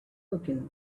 looking